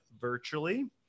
virtually